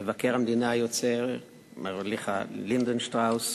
מבקר המדינה היוצא מר מיכה לינדנשטראוס,